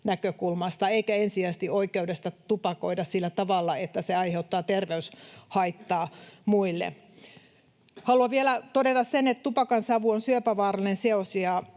eikä ensisijaisesti oikeudesta tupakoida sillä tavalla, että se aiheuttaa terveyshaittaa muille. Haluan vielä todeta sen, että tupakansavu on syöpävaarallinen seos